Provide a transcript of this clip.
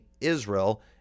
Israel